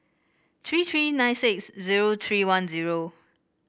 tree tree nine six zero tree one zero